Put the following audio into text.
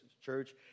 church